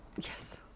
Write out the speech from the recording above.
Yes